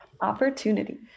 Opportunity